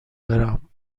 برم